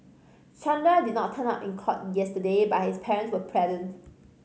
Chandra did not turn up in court yesterday but his parents were present